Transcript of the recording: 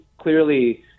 clearly